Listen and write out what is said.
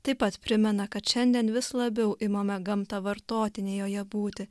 taip pat primena kad šiandien vis labiau imame gamtą vartoti nei joje būti